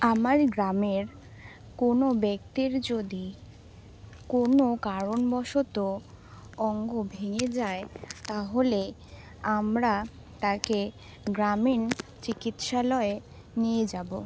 আমার গ্রামের কোনো ব্যক্তির যদি কোনো কারণবশত অঙ্গ ভেঙে যায় তাহলে আমরা তাকে গ্রামীণ চিকিৎসালয়ে নিয়ে যাবো